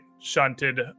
shunted